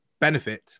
benefit